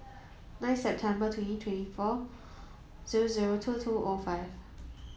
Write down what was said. ninth September twenty twenty four zero zero two two O five